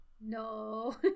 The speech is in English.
No